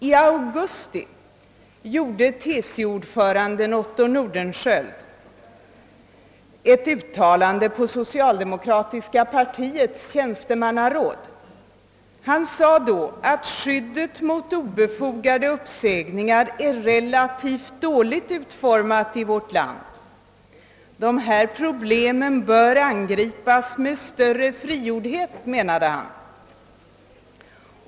I augusti i år gjorde TCO-ordföranden Otto Nordenskiöld ett uttalande inför socialdemokratiska partiets tjänstemannaråd där han framhöll att skyddet mot obefogade uppsägningar är relativt dåligt utformat i vårt land. Problemet bör angripas med större frigjordhet, menade herr Nordenskiöld.